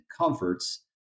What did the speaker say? comforts